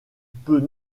peut